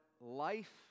life